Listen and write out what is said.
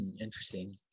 Interesting